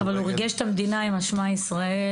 --- אבל הוא ריגש את המדינה עם "שמע ישראל",